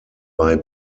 bei